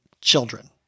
children